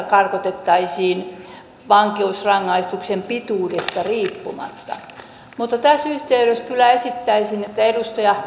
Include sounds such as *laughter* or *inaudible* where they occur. *unintelligible* karkotettaisiin vankeusrangaistuksen pituudesta riippumatta tässä yhteydessä kyllä esittäisin että edustaja *unintelligible*